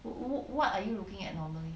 wh~ wh~ what are you looking at normally